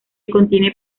contiene